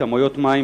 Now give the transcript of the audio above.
כמויות המים,